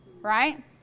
right